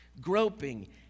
Groping